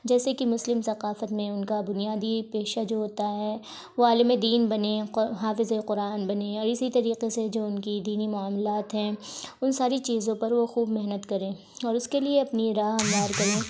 جیسے کہ مسلم ثقافت میں ان کا بنیادی پیشہ جو ہوتا ہے وہ عالمِ دین بنیں حافظِ قرآن بنیں اور اسی طریقہ سے جو ان کی دینی معاملات ہیں ان ساری چیزوں پر وہ خوب محنت کریں اور اس کے لیے اپنی راہ ہموار کریں